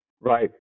Right